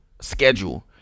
schedule